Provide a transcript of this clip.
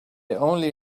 only